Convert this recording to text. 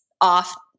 off